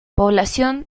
población